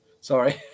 Sorry